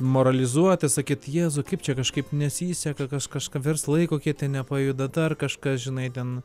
moralizuoti sakyt jėzau kaip čia kažkaip nesiseka kas kažką verslai kokie ten nepajuda dar kažkas žinai ten